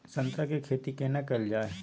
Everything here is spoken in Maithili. संतरा के खेती केना कैल जाय?